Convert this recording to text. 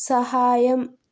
సహాయం